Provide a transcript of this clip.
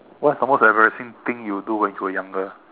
what's the most embarrassing thing you do when you were younger